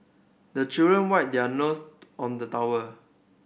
the children wipe their nose on the towel